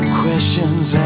questions